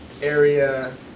area